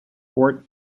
fort